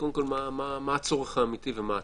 צריך לראות קודם כול מה הצורך האמיתי ומה הצידוק.